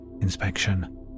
inspection